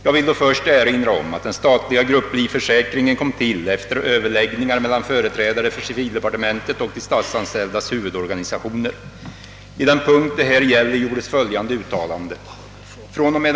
Jag vill då först erinra om att den statliga grupplivförsäkringen kom till efter överläggningar mellan företrädare för civildepartementet och de statsanställdas huvudorganisationer. I den punkt det här gäller gjordes följande uttalande: »fr.o.m.